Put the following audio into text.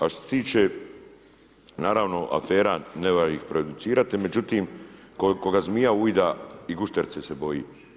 A što se tiče naravno afera ne valja ih prejudicirati, međutim koga zmija ujeda i gušterice se boji.